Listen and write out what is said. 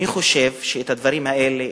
אני חושב שהדברים האלה,